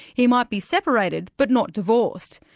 he might be separated but not divorced,